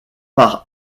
par